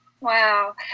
Wow